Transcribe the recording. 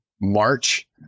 March